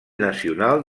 nacional